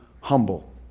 humble